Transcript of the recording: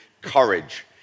courage